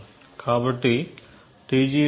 కాబట్టి T0